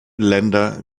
länder